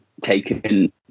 taken